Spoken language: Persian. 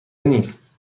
نیست